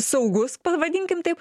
saugus pavadinkim taip